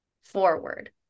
forward